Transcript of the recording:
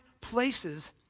places